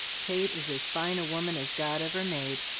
kate is as fine a woman as god ever made,